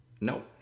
No